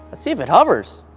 see if it hovers!